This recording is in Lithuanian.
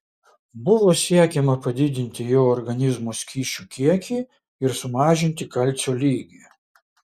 buvo siekiama padidinti jo organizmo skysčių kiekį ir sumažinti kalcio lygį